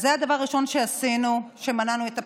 זה הדבר הראשון שעשינו, מנענו את הפיטורים.